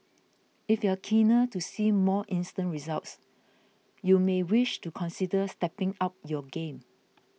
if you're keener to see more instant results you may wish to consider stepping up your game